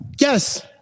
Yes